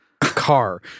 car